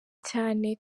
cyane